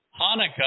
Hanukkah